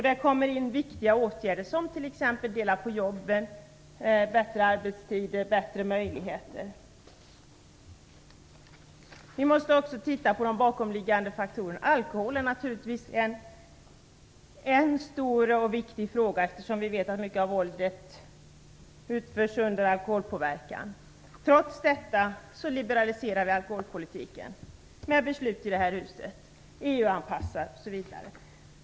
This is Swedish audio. Där kommer viktiga åtgärder in, som att dela på jobben, bättre arbetstider och bättre möjligheter. Vi måste också titta på de bakomliggande faktorerna. Alkohol är naturligtvis en stor och viktig fråga, eftersom vi vet att mycket av våldet utförs under alkoholpåverkan. Trots det liberaliserar vi alkoholpolitiken genom beslut i det här huset. Vi EU-anpassar den, osv.